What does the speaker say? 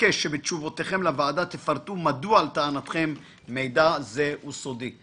נבקש שבתשובתם לוועדה תפרטו מדוע לטענתכם מידע זה הוא סודי.